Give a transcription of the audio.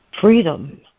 Freedom